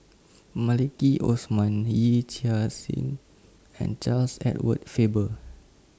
Maliki Osman Yee Chia Hsing and Charles Edward Faber